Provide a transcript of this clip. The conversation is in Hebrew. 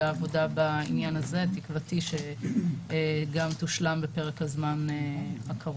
ותקוותי שהעבודה בעניין הזה גם תושלם בפרק הזמן הקרוב,